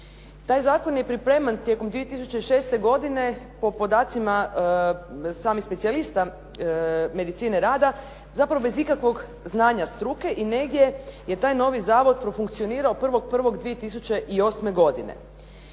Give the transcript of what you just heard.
Taj zakon je pripreman tijekom 2006. godine po podacima samih specijalista medicine rada, zapravo bez ikakvog znanja struke i negdje je taj novi zavod profunkcionirao 1.1.2008. godine.